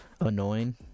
annoying